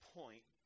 point